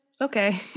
Okay